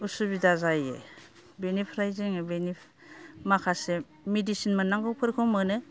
असुबिदा जायो बेनिफ्राय जोङो बेनि माखासे मेडिसिन मोननांगौफोरखौ मोनो